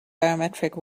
biometric